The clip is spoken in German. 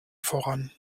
voran